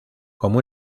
como